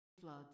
Floods